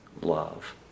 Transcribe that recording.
love